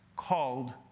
Called